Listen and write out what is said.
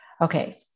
Okay